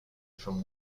from